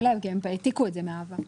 בחוסר תשומת לב כי הם העתיקו את זה מן העבר.